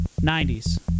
90s